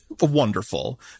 wonderful